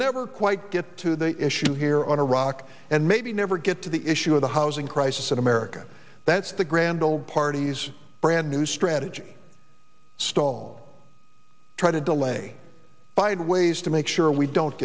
never quite get to the issue here on iraq and maybe never get to the issue of the housing crisis in america that's the grand old party's brand new strategy stall try to delay by and ways to make sure we don't